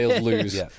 lose